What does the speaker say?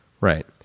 Right